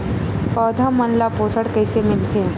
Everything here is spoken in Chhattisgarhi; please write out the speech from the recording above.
पौधा मन ला पोषण कइसे मिलथे?